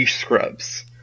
scrubs